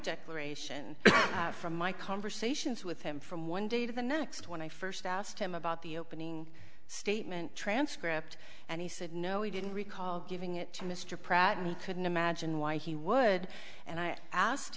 declaration from my conversations with him from one day to the next when i first asked him about the opening statement transcript and he said no he didn't recall giving it to mr pratt me couldn't imagine why he would and i asked